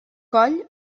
coll